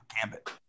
Gambit